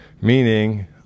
meaning